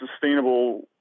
sustainable